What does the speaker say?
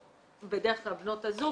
בדרך כלל בנות הזוג